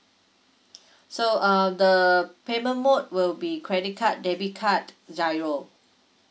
so um the payment mode will be credit card debit card giro